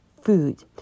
Food